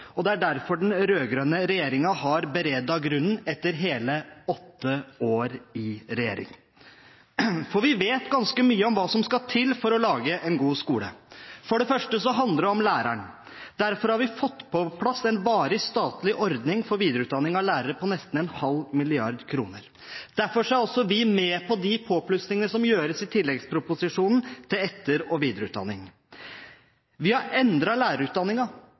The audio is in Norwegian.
alvorlig. Det er derfor den rød-grønne regjeringen har beredt grunnen etter hele åtte år i regjering. For vi vet ganske mye om hva som skal til for å lage en god skole. For det første handler det om læreren. Derfor har vi fått på plass en varig statlig ordning for videreutdanning av lærere på nesten 0,5 mrd. kr. Derfor er også vi med på de påplussingene som gjøres i tilleggsproposisjonen, til etter- og videreutdanning. Vi har